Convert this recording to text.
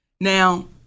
Now